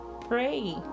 pray